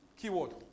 Keyword